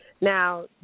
now